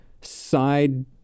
side